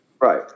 Right